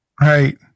Right